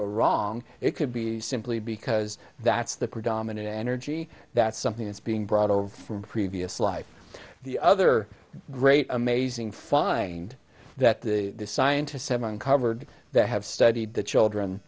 or wrong it could be simply because that's the predominant energy that's something that's being brought over from previous life the other great amazing find that the scientists have uncovered they have studied the children